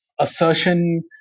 assertion